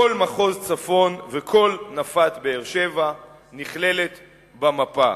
כל מחוז הצפון וכל נפת באר-שבע נכללים במפה.